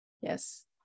yes